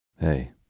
Hey